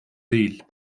değil